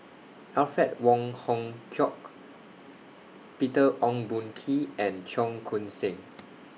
Alfred Wong Hong Kwok Peter Ong Boon Kwee and Cheong Koon Seng